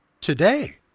Today